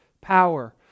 power